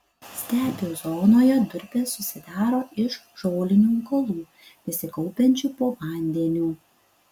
stepių zonoje durpės susidaro iš žolinių augalų besikaupiančių po vandeniu